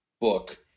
book